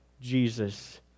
Jesus